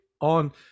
on